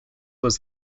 was